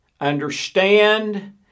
understand